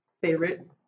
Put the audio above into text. favorite